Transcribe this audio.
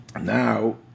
Now